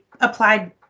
applied